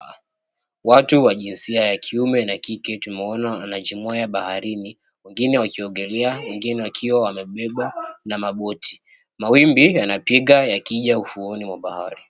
Watu wa jinsia ya kiume na kike tumeona wamejimwaya baharini. Wengine wakiogelea wengine wakiwa wamebebwa na maboti. Mawimbi yanapiga yakija ufuoni mwa bahari.